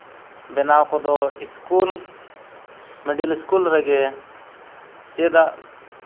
ᱵᱮᱱᱟᱣ ᱠᱚᱫᱚ school middle school ᱨᱮᱜᱮ ᱪᱮᱫᱟᱜ